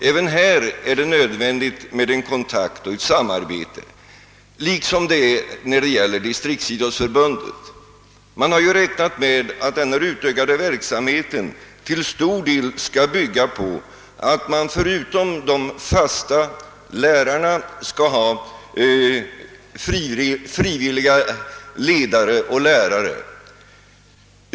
Även här är det nödvändigt med en kontakt och ett samarbete liksom när det gäller distriktsidrottsförbundet. Man har ju räknat med att denna utökade verksamhet till stor del skall bygga på att man förutom de fasta lärarna skall ha frivilliga ledare och lärare.